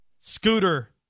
scooter